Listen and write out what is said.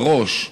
מראש,